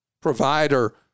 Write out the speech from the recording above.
provider